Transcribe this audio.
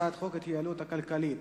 הצעת חוק ההתייעלות הכלכלית